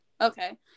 Okay